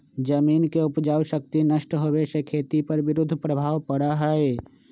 जमीन के उपजाऊ शक्ति नष्ट होवे से खेती पर विरुद्ध प्रभाव पड़ा हई